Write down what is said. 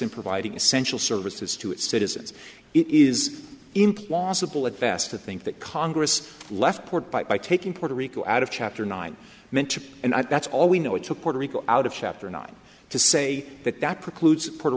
in providing essential services to its citizens it is implausible at best to think that congress left port by taking puerto rico out of chapter nine mentor and i that's all we know it took puerto rico out of chapter nine to say that that precludes puerto